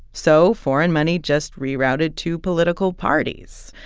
so foreign money just rerouted to political parties.